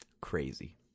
Crazy